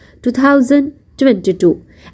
2022